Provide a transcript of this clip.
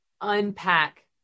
unpack